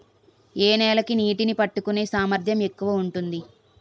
ఏ నేల కి నీటినీ పట్టుకునే సామర్థ్యం ఎక్కువ ఉంటుంది?